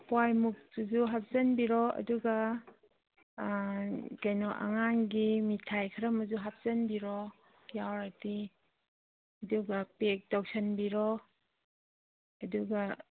ꯍꯋꯥꯏꯃꯨꯛꯇꯨꯁꯨ ꯍꯥꯞꯆꯟꯕꯤꯔꯣ ꯑꯗꯨꯒ ꯀꯩꯅꯣ ꯑꯉꯥꯡꯒꯤ ꯃꯤꯊꯥꯏ ꯈꯔ ꯑꯃꯁꯨ ꯍꯥꯞꯆꯟꯕꯤꯔꯣ ꯌꯥꯎꯔꯗꯤ ꯑꯗꯨꯒ ꯄꯦꯛ ꯇꯧꯁꯟꯕꯤꯔꯣ ꯑꯗꯨꯒ